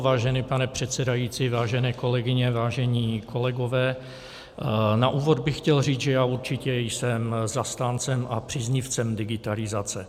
Vážený pane předsedající, vážené kolegyně, vážení kolegové, na úvod bych chtěl říct, že já určitě jsem zastáncem a příznivcem digitalizace.